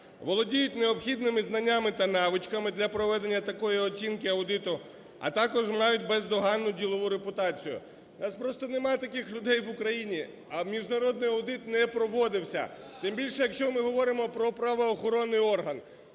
володіють необхідними знаннями та навичками для проведення такої оцінки аудиту, а також мають бездоганну ділову репутацію". У нас просто немає таких людей в Україні, а міжнародний аудит не проводився. Тим більше, якщо ми говоримо про правоохоронний орган.